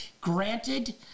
Granted